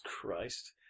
Christ